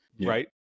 right